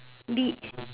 beach